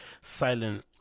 silent